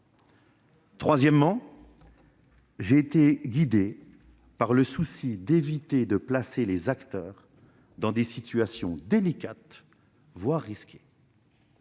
Troisièmement, j'ai été guidé par le souci d'éviter de placer les acteurs dans des situations délicates, voire risquées.